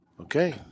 Okay